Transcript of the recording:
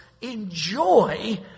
enjoy